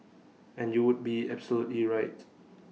and you would be absolutely right